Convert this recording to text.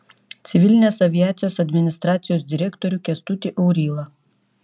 civilinės aviacijos administracijos direktorių kęstutį aurylą